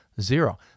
zero